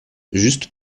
juste